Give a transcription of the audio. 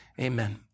amen